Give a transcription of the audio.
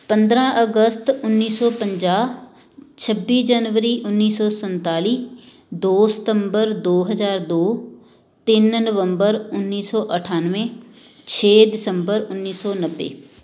ਪੰਦਰਾਂ ਅਗਸਤ ਉੱਨੀ ਸੌ ਪੰਜਾਹ ਛੱਬੀ ਜਨਵਰੀ ਉੱਨੀ ਸੌ ਸੰਤਾਲੀ ਦੋ ਸਤੰਬਰ ਦੋ ਹਜ਼ਾਰ ਦੋ ਤਿੰਨ ਨਵੰਬਰ ਉੱਨੀ ਸੌ ਅਠਾਨਵੇਂ ਛੇ ਦਸੰਬਰ ਉੱਨੀ ਸੌ ਨੱਬੇ